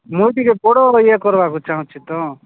ମୁଁ ଟିକେ ବଡ଼ ଇଏ କରବାକୁ ଚାହୁଁଛି ତ